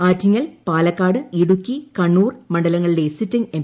ആറ്റിങ്ങൽ പാലക്കാട് ഇടുക്കി കണ്ണൂർ മണ്ഡലങ്ങളിലെ sitting M